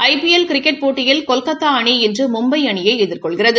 ஐ P L cricket போட்டியில் கொல்கத்தா அணி இன்று மும்பை அணியை எதிர்கொள்கிறது